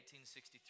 1863